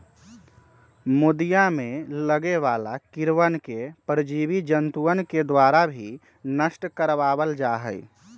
मोदीया में लगे वाला कीड़वन के परजीवी जंतुअन के द्वारा भी नष्ट करवा वल जाहई